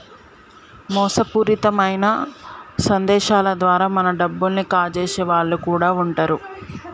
మోసపూరితమైన సందేశాల ద్వారా మన డబ్బుల్ని కాజేసే వాళ్ళు కూడా వుంటరు